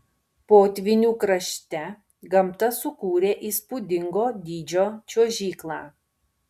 potvynių krašte gamta sukūrė įspūdingo dydžio čiuožyklą